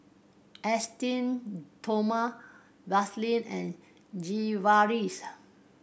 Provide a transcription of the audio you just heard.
Esteem Stoma Vaselin and Sigvaris